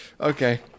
Okay